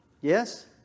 Yes